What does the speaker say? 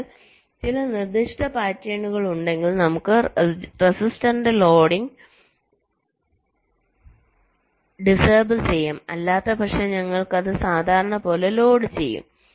അതിനാൽ ചില നിർദ്ദിഷ്ട പാറ്റേണുകൾ ഉണ്ടെങ്കിൽ നമുക്ക് റെസിസ്റ്ററിന്റെ ലോഡിംഗ് ഡിസേബിൾ ചെയ്യാം അല്ലാത്തപക്ഷം ഞങ്ങൾ അത് സാധാരണ പോലെ ലോഡ് ചെയ്യും